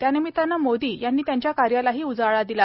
त्या निमित्तानं मोदी यांनी त्यांच्या कार्यालाही उजाळा दिला